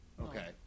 Okay